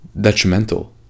detrimental